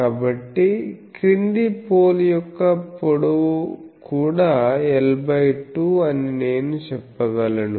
కాబట్టి క్రింది పోల్ యొక్క పొడవు కూడా L 2 అని నేను చెప్పగలను